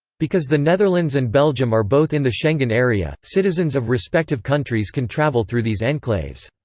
because the netherlands and belgium are both in the schengen area, citizens of respective countries can travel through these enclaves.